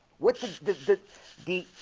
which is this the?